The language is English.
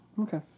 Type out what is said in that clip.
Okay